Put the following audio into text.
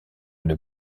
une